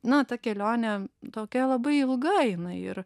na ta kelionė tokia labai ilga jinai ir